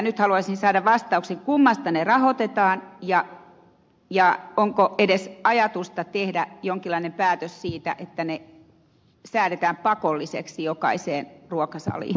nyt haluaisin saada vastauksen kummasta ne rahoitetaan ja onko edes ajatusta tehdä jonkinlainen päätös siitä että ne säädetään pakollisiksi jokaiseen ruokasaliin